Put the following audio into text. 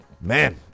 man